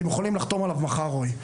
אתם יכולים לחתום עליו מחר רועי.